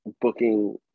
booking